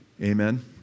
Amen